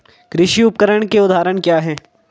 कृषि उपकरण के उदाहरण क्या हैं?